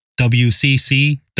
WCC